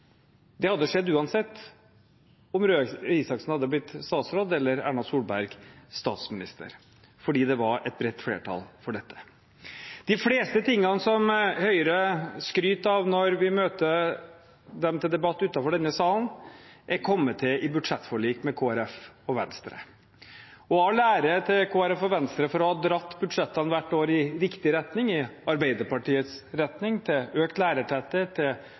Det hadde skjedd uansett om Røe Isaksen hadde blitt statsråd eller Erna Solberg statsminister, fordi det var et bredt flertall for dette. De fleste tingene som Høyre skryter av når vi møter dem til debatt utenfor denne salen, er kommet til i budsjettforlik med Kristelig Folkeparti og Venstre. All ære til Kristelig Folkeparti og Venstre for å ha dratt budsjettene hvert år i riktig retning – i Arbeiderpartiets retning – til økt lærertetthet, til